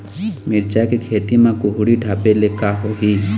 मिरचा के खेती म कुहड़ी ढापे ले का होही?